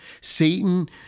Satan